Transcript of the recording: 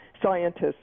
scientists